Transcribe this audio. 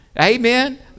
Amen